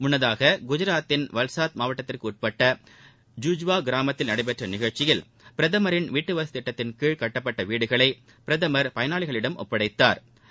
முன்னதாக குஜராத்தின் வல்சாத் மாவட்டத்திற்கு உட்பட்ட ஜுஜுவா கிராமத்தில் நடைபெற்ற நிகழ்ச்சியில் பிரதமின் வீட்டுவசதி திட்டத்தின் கீழ் கட்டப்பட்ட வீடுகளை பிரதம் பயனாளிகளிடம் ஒப்படைத்தாா்